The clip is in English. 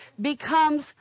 becomes –